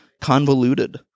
convoluted